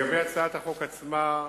לגבי הצעת החוק עצמה,